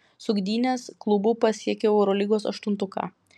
su gdynės klubu pasiekiau eurolygos aštuntuką